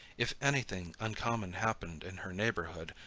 if any thing uncommon happened in her neighborhood,